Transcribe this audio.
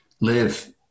live